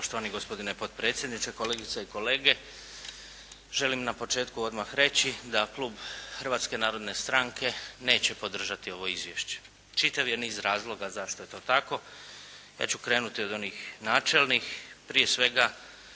Hrvatske narodne stranke